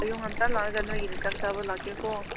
ꯑꯌꯨꯛ ꯉꯟꯇꯥ ꯂꯥꯛꯂꯒ ꯅꯣꯏꯒꯤꯗ ꯆꯥꯛ ꯆꯥꯕ ꯂꯥꯛꯀꯦꯀꯣ